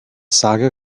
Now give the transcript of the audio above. saga